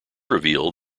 revealed